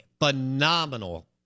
phenomenal